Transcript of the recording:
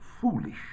foolish